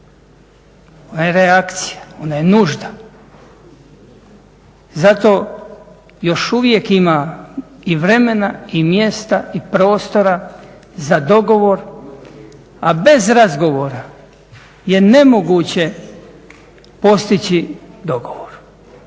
ono je reakcija, ono je nužda. Zato još uvijek ima i vremena i mjesta i prostora za dogovor, a bez razgovora je nemoguće postići dogovor.